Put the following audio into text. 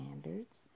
standards